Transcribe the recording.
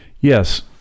Yes